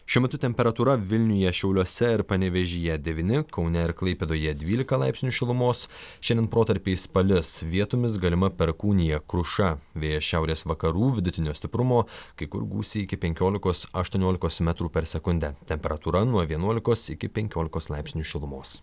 šiuo metu temperatūra vilniuje šiauliuose ir panevėžyje devyni kaune ir klaipėdoje dvylika laipsnių šilumos šiandien protarpiais palis vietomis galima perkūnija kruša vėjas šiaurės vakarų vidutinio stiprumo kai kur gūsiai iki penkiolikos aštuoniolikos metrų per sekundę temperatūra nuo vienuolikos iki penkiolikos laipsnių šilumos